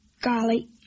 Golly